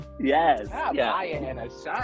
Yes